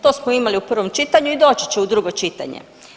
To smo imali u prvom čitanju i doći će u drugo čitanje.